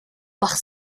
bach